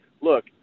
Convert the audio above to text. look